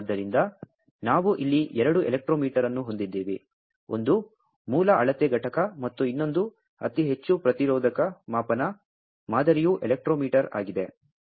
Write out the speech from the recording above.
ಆದ್ದರಿಂದ ನಾವು ಇಲ್ಲಿ ಎರಡು ಎಲೆಕ್ಟ್ರೋಮೀಟರ್ ಅನ್ನು ಹೊಂದಿದ್ದೇವೆ ಒಂದು ಮೂಲ ಅಳತೆ ಘಟಕ ಮತ್ತು ಇನ್ನೊಂದು ಅತಿ ಹೆಚ್ಚು ಪ್ರತಿರೋಧಕ ಮಾಪನ ಮಾದರಿಯ ಎಲೆಕ್ಟ್ರೋಮೀಟರ್ ಆಗಿದೆ